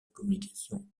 communication